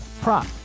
prop